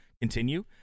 continue